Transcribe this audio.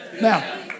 Now